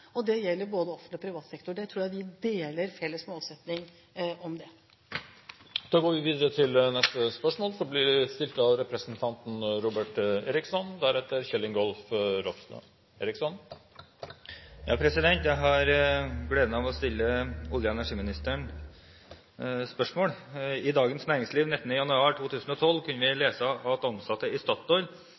Det gjelder både offentlig og privat sektor. Jeg tror vi deler felles målsetting om det. Jeg har gleden av å stille olje- og energiministeren spørsmål: «I Dagens Næringsliv 19. januar 2012 kunne vi lese at ansatte i Statoil ikke tør å si fra om kritikkverdige forhold i frykt for å ødelegge karrieren. I en fersk rapport utarbeidet av forskningsstiftelsen IRIS fremkommer det bl.a. at Statoil